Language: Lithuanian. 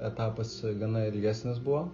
etapas gana ilgesnis buvo